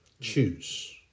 Choose